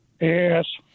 Yes